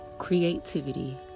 creativity